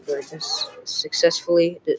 successfully